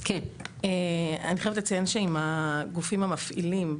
אני חייבת לציין שעם הגופים המפעילים,